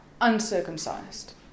uncircumcised